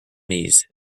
knees